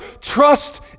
trust